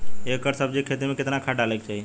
एक एकड़ सब्जी के खेती में कितना खाद डाले के चाही?